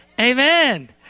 amen